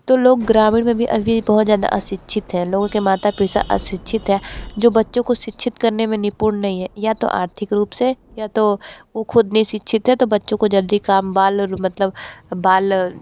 तो लोग ग्रामीण में भी अभी बहुत ज़्यादा अशिक्षित है लोगों के माता पिता अशिक्षित हैं जो बच्चों को शिक्षित करने में निपूर्ण नहीं है या तो आर्थिक रूप से या तो वो ख़ुद नहीं शिक्षित हैं तो बच्चों को जल्दी काम बाल मतलब बाल